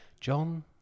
John